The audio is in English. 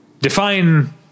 define